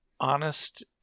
honest